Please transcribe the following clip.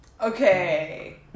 Okay